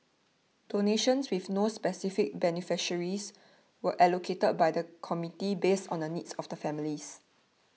donations with no specific beneficiaries were allocated by the committee based on the needs of the families